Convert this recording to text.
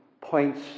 points